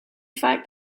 fact